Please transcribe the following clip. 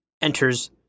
enters